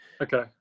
Okay